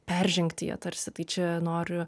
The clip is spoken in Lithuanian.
peržengti ją tarsi tai čia noriu